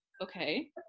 okay